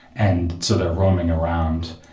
and so they're roaming around.